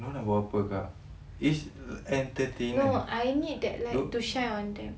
diorang nak buat apa kak it's entertainment